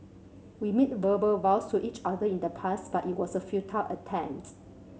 we made verbal vows to each other in the past but it was a futile attempt